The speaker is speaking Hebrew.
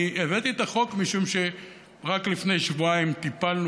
אני הבאתי את החוק משום שרק לפני שבועיים טיפלנו